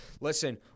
listen